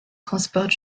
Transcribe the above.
transporte